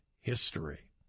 history